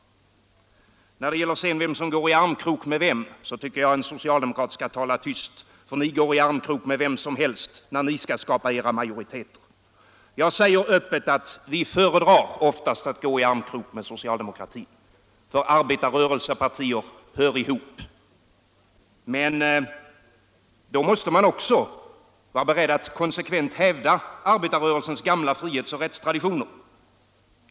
När det gäller vem som går i armkrok med vem, så tycker jag att en socialdemokrat skall tala tyst, för ni går i armkrok med vem som helst, när ni skall skapa era majoriteter. Jag säger öppet att vi föredrar oftast att gå i armkrok med socialdemokratin, för arbetarrörelsepartier hör ihop, men då måste man också vara beredd att konsekvent hävda arbetarrörelsens gamla frihetsoch rättstraditioner.